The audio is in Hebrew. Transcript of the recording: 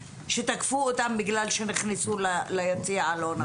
שתקפו אותם בגלל שהם נכנסו ליציע הלא נכון.